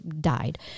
died